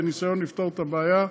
בניסיון לפתור את הבעיה.